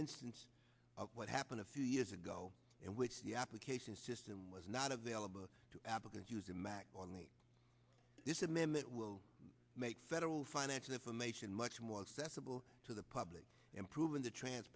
instance of what happened a few years ago in which the application system was not available to applicants use the mac on the this amendment will make federal financial information much more accessible to the public improving the trans